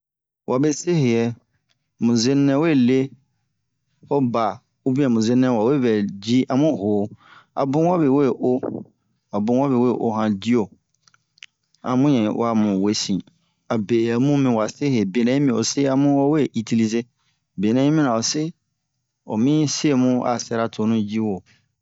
wabe se heyɛ mu zenu we le ho ba ubiyɛn mu zenu nɛ wawe vɛ ji a mu ho a bun wabe we o a bun wabe we o han diyo a mu ɲan yi uwa mu we sin abe amu mi wase he benɛ yi mi ose amu owe itilize benɛ yi mina ose omi semu a sera tonu ji wo